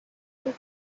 بود